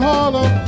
Harlem